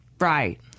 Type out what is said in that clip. Right